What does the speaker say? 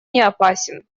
неопасен